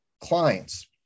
clients